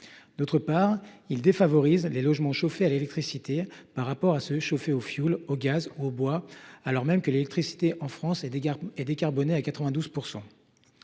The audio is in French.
D’autre part, il défavorise les logements chauffés à l’électricité par rapport à ceux qui le sont au fioul, au gaz ou au bois, alors même que l’électricité, en France, est décarbonée à 92 %.